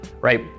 right